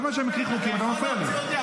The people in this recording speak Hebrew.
כשאני מקריא חוקים, אתה כל הזמן מפריע לי.